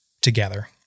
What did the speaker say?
together